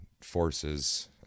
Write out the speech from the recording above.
forces